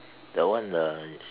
that one the is